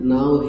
Now